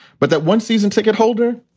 but that one season ticket holder,